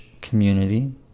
community